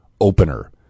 opener